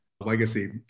Legacy